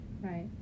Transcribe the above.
Right